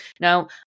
Now